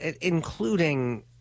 including